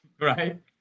Right